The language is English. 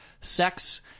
sex